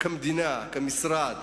כמדינה, כמשרד,